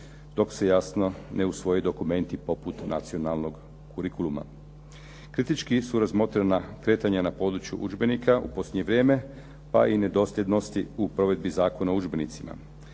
dok se jasno ne usvoje dokumenti poput nacionalnog kurikuluma. Kritički su razmotrena kretanja na području udžbenika u posljednje vrijeme, pa i nedosljednosti u provedbi Zakona o udžbenicima.